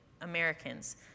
Americans